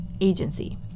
Agency